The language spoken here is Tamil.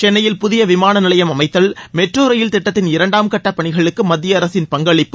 சென்னையில் புதிய விமான நிலையம் அமைத்தல் மெட்ரோ ரயில் திட்டத்தின் இரண்டாம் கட்டப் பணிகளுக்கு மத்திய அரசின் பங்களிப்பு